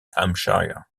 hampshire